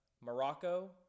Morocco